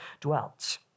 dwelt